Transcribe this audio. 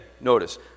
Notice